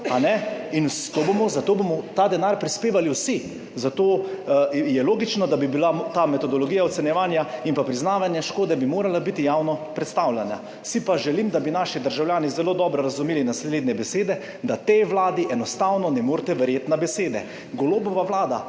In zato bomo ta denar prispevali vsi. Zato je logično, da bi morala biti ta metodologija ocenjevanja in priznavanja škode javno predstavljena. Si pa želim, da bi naši državljani zelo dobro razumeli naslednje besede: tej vladi enostavno ne morete verjeti na besedo. Golobova vlada